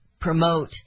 promote